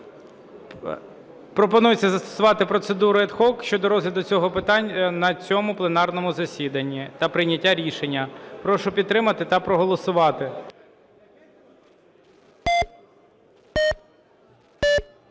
Пропонується застосувати процедуру ad hoc щодо розгляду цього питання на цьому пленарному засіданні та прийняття рішення. Прошу підтримати та проголосувати.